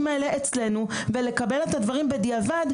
האלה אצלנו ולקבל את הדברים בדיעבד,